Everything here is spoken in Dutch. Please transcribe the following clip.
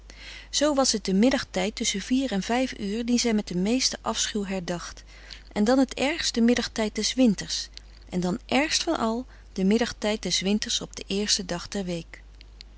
zoo was het de middagtijd tusschen vier en vijf uur dien zij met den meesten afschuw herdacht en dan het ergst den middagtijd des winters en dan ergst van al den middagtijd des winters op den eersten dag der week